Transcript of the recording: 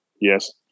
Yes